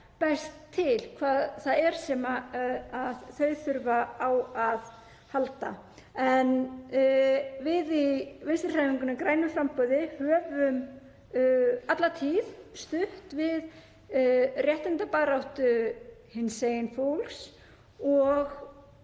best hvað það er sem þau þurfa á að halda. En við í Vinstrihreyfingunni – grænu framboði höfum alla tíð stutt við réttindabaráttu hinsegin fólks og